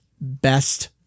best